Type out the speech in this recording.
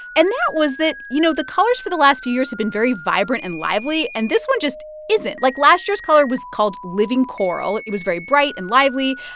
and that was that, you know, the colors for the last few years have been very vibrant and lively. and this one just isn't like, last year's color was called living coral. it was very bright and lively.